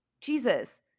Jesus